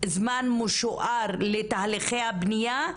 זמן משוער לתהליכי הבנייה,